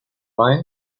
line